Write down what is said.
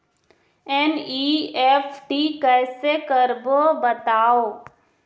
NEFT कैसे करबो बताव?